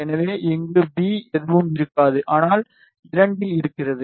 எனவே இங்கே வி எதுவும் இருக்காது ஆனால் 2 இல் இருக்கிறது